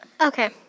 Okay